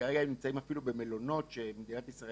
שכרגע הם אפילו נמצאים במלונות שמדינת ישראל